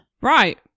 right